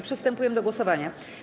Przystępujemy do głosowania.